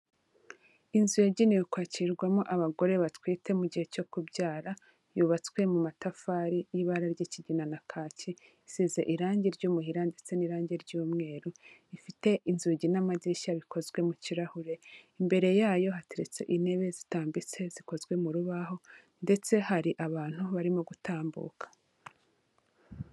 Inzu yagenewe kwakirirwamo abagore batwite mu gihe cyo kubyara, yubatswe mu matafari y'ibara ry'ikigina na kaki, isize irangi ry'umuhira ndetse n'irangi ry'umweru. Ifite inzugi n'amadirishya bikozwe mu kirahure, imbere yayo hateretse intebe zitambitse zikozwe mu rubaho ndetse hari abantu barimo gutambuka.